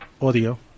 audio